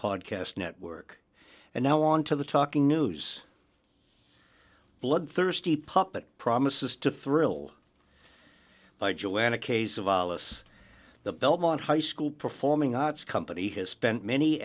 podcast network and now on to the talking news bloodthirsty puppet promises to thrill by joanna case of alephs the belmont high school performing arts company has spent many